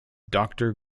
doctor